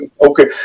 Okay